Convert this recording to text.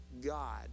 God